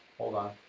hold on